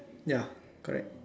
ya correct